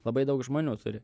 labai daug žmonių turi